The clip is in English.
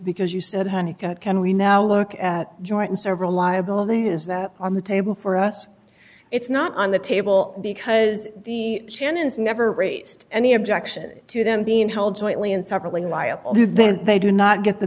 because you said honey can we now look at joint and several liability is that on the table for us it's not on the table because the shannons never raised any objection to them being held jointly and severally liable do then they do not get the